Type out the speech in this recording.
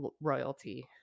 royalty